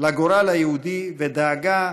לגורל היהודי ודאגה